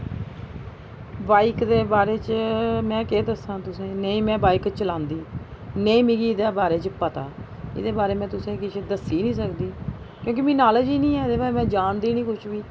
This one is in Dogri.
बाइक दे बारै च में केह् दस्सां तुसे ईं नेईं में बाइक चलांदी नेईं मिगी एह्दे बारे च पता एह्दे बारे च में तुसे ईं किश दस्सी निं सकदी क्योंकि मी नालेज ई निं ऐ एह्दे बारे च में जानदी निं किश बी